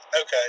Okay